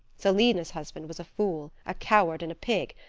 celina's husband was a fool, a coward and a pig,